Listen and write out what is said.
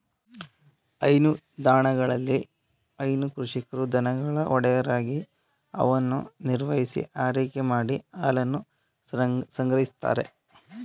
ಹೈನುದಾಣಗಳಲ್ಲಿ ಹೈನು ಕೃಷಿಕರು ದನಗಳ ಒಡೆಯರಾಗಿ ಅವನ್ನು ನಿರ್ವಹಿಸಿ ಆರೈಕೆ ಮಾಡಿ ಹಾಲನ್ನು ಸಂಗ್ರಹಿಸ್ತಾರೆ